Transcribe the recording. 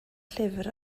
llyfr